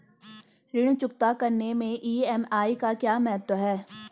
ऋण चुकता करने मैं ई.एम.आई का क्या महत्व है?